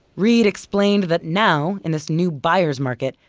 reed explained that now, in this new buyer's market,